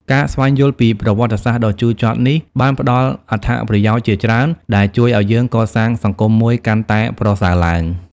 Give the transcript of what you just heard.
ការស្វែងយល់ពីប្រវត្តិសាស្ត្រដ៏ជូរចត់នេះបានផ្តល់អត្ថប្រយោជន៍ជាច្រើនដែលជួយឲ្យយើងកសាងសង្គមមួយកាន់តែប្រសើរឡើង។